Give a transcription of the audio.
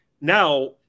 now